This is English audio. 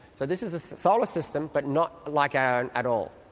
so this is a solar system but not like our own at all.